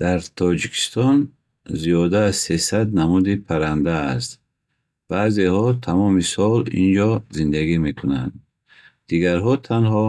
Дар Тоҷикистон зиёда аз сесад намуди парранда ҳаст. Баъзеҳо тамоми сол дар инҷо зиндагӣ мекунанд. Дигарҳо танҳо